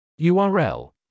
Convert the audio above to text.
url